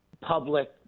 public